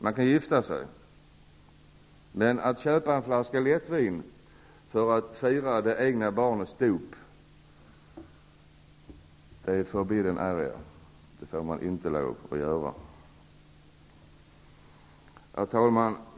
Man kan också gifta sig, men köpa en flaska lättvin för att fira det egna barnets dop är ''forbidden area'' -- det får man inte göra. Herr talman!